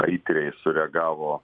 aitriai sureagavo